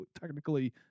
technically